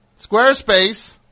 squarespace